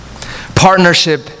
partnership